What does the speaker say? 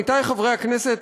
עמיתי חברי הכנסת,